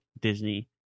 Disney